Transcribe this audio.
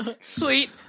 sweet